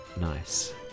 nice